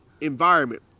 environment